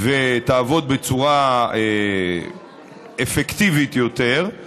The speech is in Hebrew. ותעבוד בצורה אפקטיבית יותר,